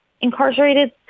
incarcerated